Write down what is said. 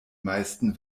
meisten